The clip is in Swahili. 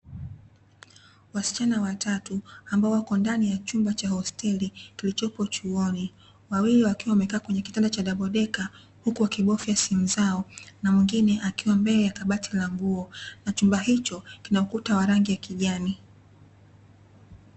Wasichana watatu, ambao wako ndani ya chumba cha hosteli kilichopo chuoni, wawili wakiwa wamekaa kwenye kitanda cha dabodeka huku wakibofya simu zao, na mwingine akiwa mbele ya kabati la nguo na chumba hicho kina ukuta wa rangi ya kijani.